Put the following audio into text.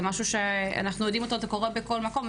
זה משהו שאנחנו מכירים שקורה בכל מקום,